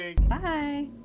Bye